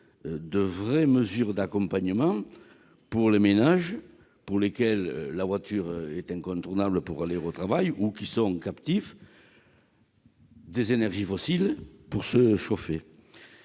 de véritables mesures d'accompagnement en faveur des ménages pour lesquels la voiture est incontournable pour se rendre au travail, ou qui sont captifs des énergies fossiles pour se chauffer.